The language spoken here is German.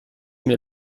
mir